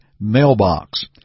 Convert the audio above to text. mailbox